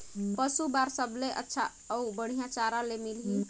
पशु बार सबले अच्छा अउ बढ़िया चारा ले मिलही?